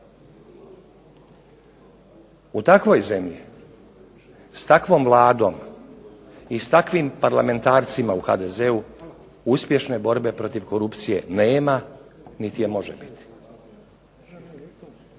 U takvoj zemlji s takvom Vladom i s takvim parlamentarcima u HDZ-u uspješne borbe protiv korupcije nema niti je može biti.